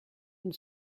une